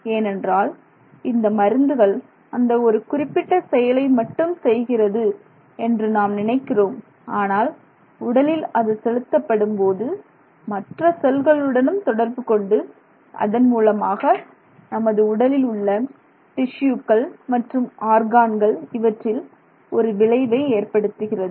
ஏனென்றால் இந்த மருந்துகள் அந்த ஒரு குறிப்பிட்ட செயலை மட்டும் செய்கிறது என்று நாம் நினைக்கிறோம் ஆனால் உடலில் அது செலுத்தப்படும்போது மற்ற செல்களுடனும் தொடர்புகொண்டு அதன் மூலமாக நமது உடலில் உள்ள டிஷ்யூக்கள் மற்றும் ஆர்கான்கள் இவற்றில் ஒரு விளைவை ஏற்படுத்துகிறது